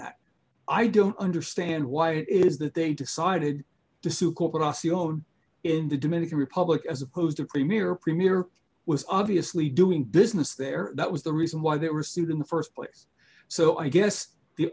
that i don't understand why it is that they decided to sue corporate osteo in the dominican republic as opposed to premier premier was obviously doing business there that was the reason why they were sued in the st place so i guess the